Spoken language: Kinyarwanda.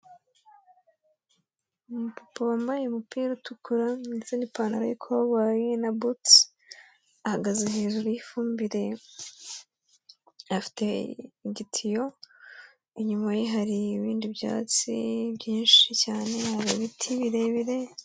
Umupapa wamabaye umupira utukura ndetse n'ipantaro y'ikoboyi na bottes ahagaze hejuru y'ifumbire afite igitiyo. Inyuma ye hari ibindi byatsi byinshi cyane. Hari ibiti birebire.